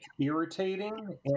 irritating